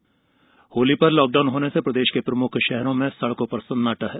Holi lockdown Holi पर lockdown होने से प्रदेश के प्रमुख शहरों में सड़कों पर सन्नाटा है